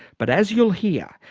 but as you'll hear,